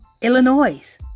Illinois